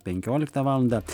penkioliktą valandą